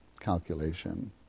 calculation